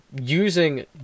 using